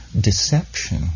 deception